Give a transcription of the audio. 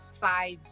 five